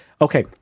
Okay